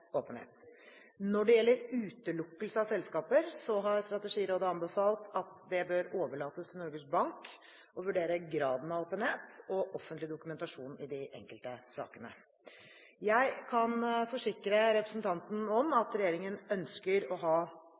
åpenhet. Når det gjelder utelukkelse av selskaper, har Strategirådet anbefalt at det bør overlates til Norges Bank å vurdere graden av åpenhet og offentlig dokumentasjon i de enkelte sakene. Jeg kan forsikre representanten om at regjeringen ønsker å ha